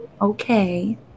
Okay